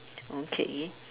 okay